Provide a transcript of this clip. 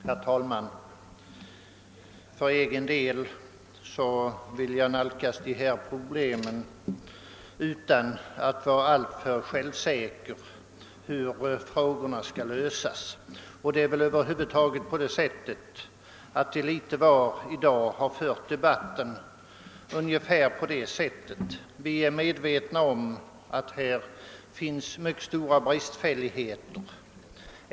Herr talman! För egen del vill jag nalkas dessa frågor utan att vara alltför självsäker när det gäller hur problemen skall lösas. Man har väl litet var i dag fört debatten ungefär på det sättet. Vi är medvetna om satt här finns mycket stora bristfälligheter.